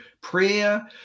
prayer